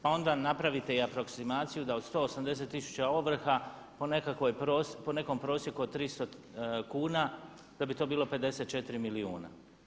Pa onda napravite i aproksimaciju da od 180 tisuća ovrha po nekom prosjeku od 300 kuna da bi to bilo 54 milijuna.